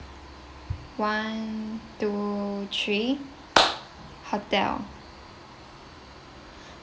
one two three hotel